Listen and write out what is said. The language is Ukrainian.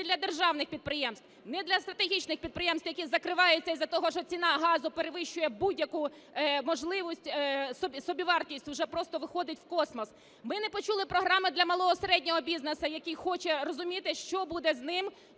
ні для державних підприємств, ні для стратегічних підприємств, які закриваються із-за того, що ціна газу перевищує будь-яку можливу собівартість, уже просто виходить в космос. Ми не почули програми для малого, середнього бізнесу, який хоче розуміти, що буде з ним